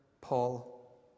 Paul